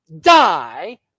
die